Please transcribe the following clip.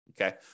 Okay